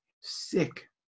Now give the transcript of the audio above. Sick